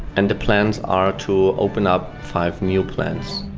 and the plans are to open up five new plants.